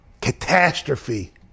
Catastrophe